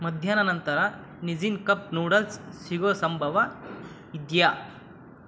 ಮಧ್ಯಾಹ್ನ ನಂತರ Nissin cup noodles ಸಿಗೋ ಸಂಭವ ಇದೆಯಾ